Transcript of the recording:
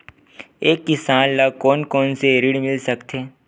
एक किसान ल कोन कोन से ऋण मिल सकथे?